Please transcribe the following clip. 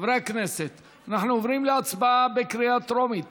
חברי הכנסת, אנחנו עוברים להצבעה בקריאה טרומית